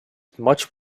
much